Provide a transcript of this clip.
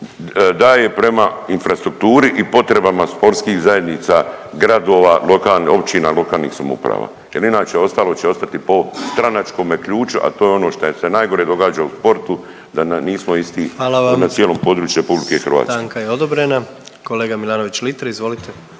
daje prema infrastrukturi i potrebama sportskih zajednica, gradova, lokalnih općina, lokalnih samouprava jer inače ostalo će ostati po stranačkome ključu a to je ono što se najgore događa u sportu da nismo isti … …/Upadica predsjednik: Hvala